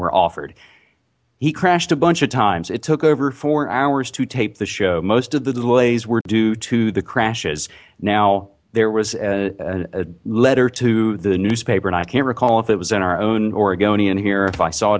we're offered he crashed a bunch of times it took over four hours to tape the show most of the delays were due to the crashes now there was a letter to the newspaper and i can't recall if it was in our own oregonian here or if i saw